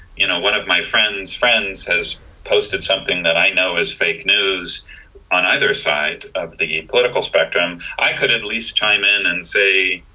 you know one of my friends friends has posted something that i know is fake news on either side of the political spectrum i could at least chime in and say,